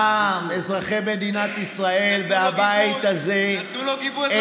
העם, אזרחי מדינת ישראל והבית הזה, נתנו לו גיבוי.